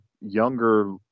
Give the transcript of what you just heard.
younger